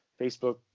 Facebook